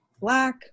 Black